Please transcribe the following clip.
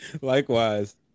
likewise